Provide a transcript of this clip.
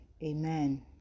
Amen